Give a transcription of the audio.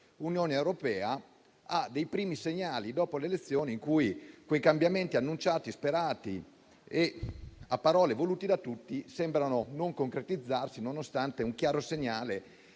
Unione europea; tuttavia, dai primi segnali dopo le elezioni, quei cambiamenti annunciati, sperati e a parole voluti da tutti, sembrano non concretizzarsi, nonostante il chiaro segnale